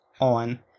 on